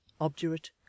obdurate